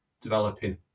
developing